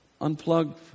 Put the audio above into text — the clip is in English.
unplug